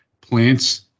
plants